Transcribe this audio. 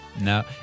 No